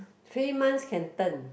three months can turn